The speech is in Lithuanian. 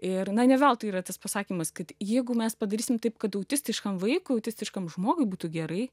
ir na ne veltui yra tas pasakymas kad jeigu mes padarysim taip kad autistiškam vaikui autistiškam žmogui būtų gerai